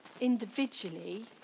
individually